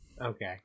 okay